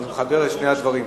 אנחנו נחבר את שני הדברים.